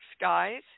guys